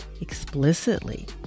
explicitly